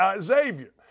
Xavier